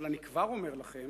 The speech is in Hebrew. אבל אני כבר אומר לכם